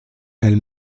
elle